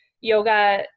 yoga